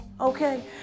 Okay